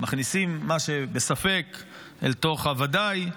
מכניסים מה שבספק אל תוך הוודאי,